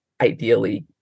ideally